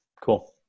Cool